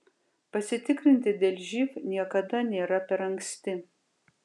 pasitikrinti dėl živ niekada nėra per anksti